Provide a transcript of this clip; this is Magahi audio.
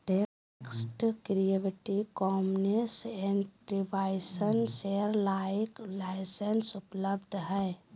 text creative commons attribution share alike licence उपलब्ध हइ